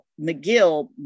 McGill